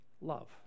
Love